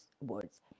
words